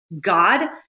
God